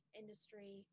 industry